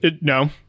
No